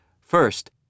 First